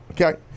Okay